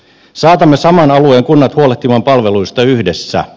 saatamme saman alueen kunnat huolehtimaan palveluista yhdessä